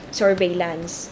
surveillance